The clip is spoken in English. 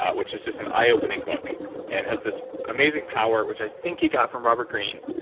ah which is just an eye-opening book and has this amazing power, which i think he got from robert greene,